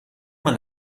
man